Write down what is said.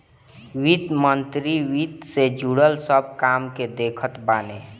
वित्त मंत्री वित्त से जुड़ल सब काम के देखत बाने